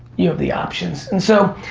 you have the options. and so,